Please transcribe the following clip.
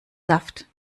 saft